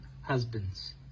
husbands